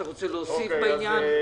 אתה רוצה להוסיף בעניין?